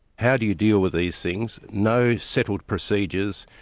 how do you deal with these things? no settled procedures,